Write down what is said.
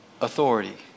authority